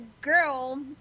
girl